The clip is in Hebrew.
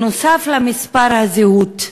נוסף על מספר הזהות.